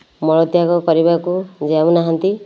ମଳତ୍ୟାଗ କରିବାକୁ ଯାଉନାହାନ୍ତି